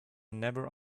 never